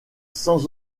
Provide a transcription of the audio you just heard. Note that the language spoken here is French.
sans